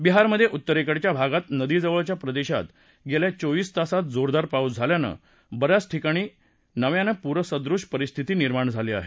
बिहारमधे उत्तरेकडच्या भागात नदीजवळच्या प्रदेशात गेल्या चोवीस तासात जोरदार पाऊस झाल्यान शि याच ठिकाणी नव्यान प्रिसदृश परिस्थिती निर्माण झाली आहे